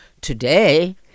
Today